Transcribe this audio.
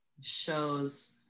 Shows